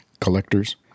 Collectors